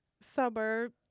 suburb